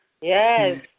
Yes